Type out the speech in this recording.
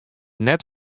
net